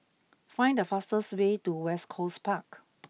find the fastest way to West Coast Park